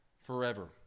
forever